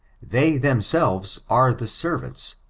they, themselves, are the servants,